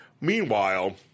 Meanwhile